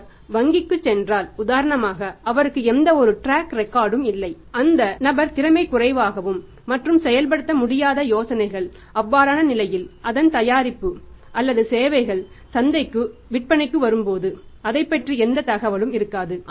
அவர் வங்கிக்குச் சென்றால் உதாரணமாகச் அவருக்கு எந்தவொரு ட்ராக் ரெக்கார்ட் ம் இல்லை அந்த நபர் திறமை குறைவாகவும் மற்றும் செயல்படுத்த முடியாத யோசனைகள் அவ்வாறான நிலையில் அதன் தயாரிப்பு அல்லது சேவைகள் சந்தைக்கு விற்பனைக்கு வரும்போது அதைப்பற்றி எந்த தகவலும் இருக்காது